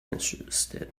interested